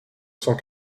cent